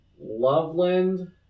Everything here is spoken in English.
Loveland